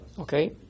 okay